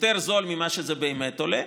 יותר בזול ממה שזה באמת עולה,